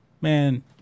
man